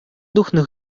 тухнӑ